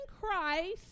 Christ